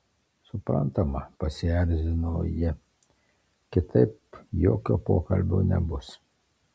suprantama pasierzino ji kitaip jokio pokalbio nebus